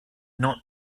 not